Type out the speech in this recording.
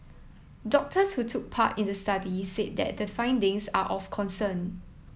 doctors who took part in the study said that the findings are of concern